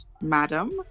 madam